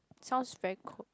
sounds very